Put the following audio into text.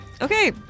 Okay